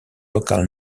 local